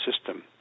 system